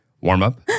warm-up